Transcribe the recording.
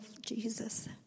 Jesus